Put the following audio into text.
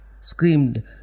screamed